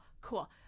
cool